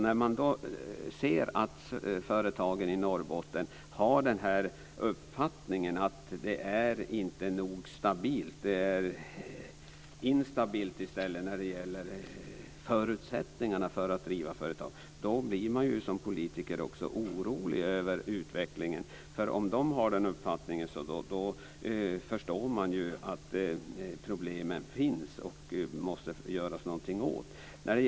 När företagen i Norrbotten har uppfattningen att det inte är nog stabilt - det är instabilt i stället - när det gäller förutsättningarna för att driva företag, blir man som politiker orolig över utvecklingen. Om de har den uppfattningen förstår man ju att problemen finns och att man måste göra någonting åt dem.